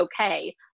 okay